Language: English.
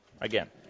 again